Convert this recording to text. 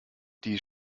die